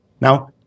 Now